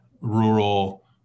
rural